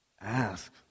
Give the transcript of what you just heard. ask